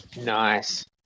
Nice